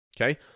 okay